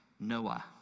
Noah